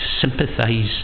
sympathise